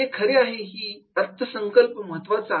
हे खरे आहे ही अर्थसंकल्प महत्त्वाचा आहे